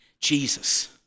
Jesus